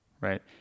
right